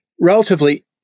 relatively